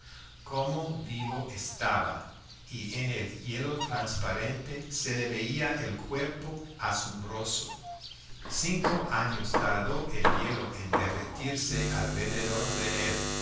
como vivo estaba y en el hielo transparente se le veía el cuerpo asombroso cinco años tardó el hielo en derretirse alrededor de él